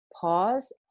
pause